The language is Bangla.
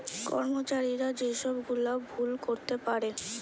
কর্মচারীরা যে সব গুলা ভুল করতে পারে